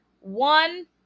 one